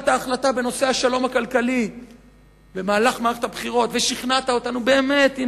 במהלך מערכת הבחירות קיבלת החלטה בנושא השלום הכלכלי ושכנעת אותנו באמת,